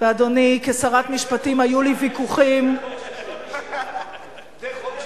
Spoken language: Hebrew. ואדוני, כשרת משפטים היו לי ויכוחים, זה חוק שלי,